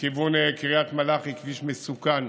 לכיוון קריית מלאכי, כביש מסוכן,